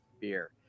beer